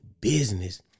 business